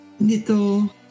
little